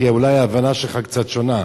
כי אולי ההבנה שלך קצת שונה,